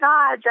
God